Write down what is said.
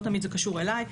לא תמיד זה קשור אליי,